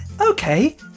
okay